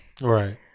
right